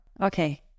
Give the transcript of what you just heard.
Okay